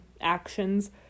actions